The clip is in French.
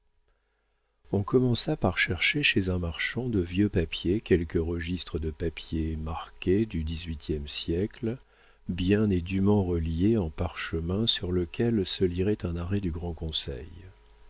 on commença par chercher chez un marchand de vieux papiers quelque registre de papier marqué du dix-huitième siècle bien et dûment relié en parchemin sur lequel se lirait un arrêt du grand conseil